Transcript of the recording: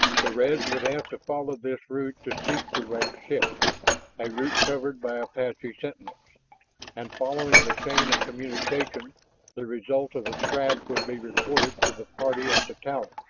the reds would have to follow this route to seek the wrecked ship a route covered by apache sentinels and following the chain of communication the result of the trap would be reported to the party at the towers.